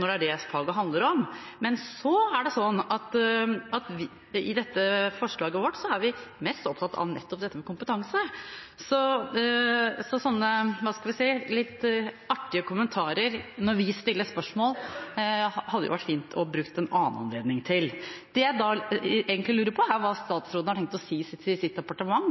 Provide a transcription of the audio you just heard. når det er det faget handler om. I dette forslaget vårt er vi mest opptatt av nettopp dette med kompetanse, så slike – hva skal vi si – litt artige kommentarer når vi stiller spørsmål, hadde det jo vært fint om han brukte en annen anledning til. Det jeg egentlig lurer på, er hva statsråden har tenkt å si til sitt departement.